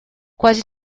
quasi